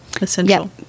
Essential